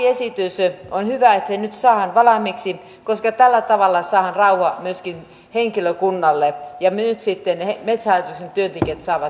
on hyvä että tämä lakiesitys nyt saadaan valmiiksi koska tällä tavalla saadaan rauha myöskin henkilökunnalle ja nyt sitten metsähallituksen työntekijät saavat tässä työrauhan